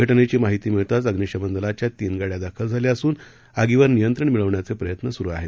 घटनेघी माहिती मिळताच अग्निशमन दलाच्या तीन गाड्या दाखल झाल्या असून आगीवर नियंत्रण मिळवण्याचं प्रयत्न सुरू आहेत